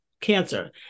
cancer